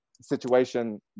situation